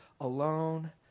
alone